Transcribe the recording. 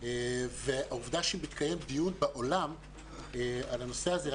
העובדה שמתקיים דיון בעולם על הנושא הזה,